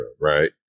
right